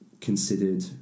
considered